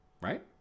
right